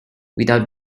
without